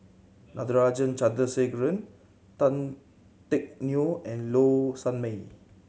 Natarajan Chandrasekaran Tan Teck Neo and Low Sanmay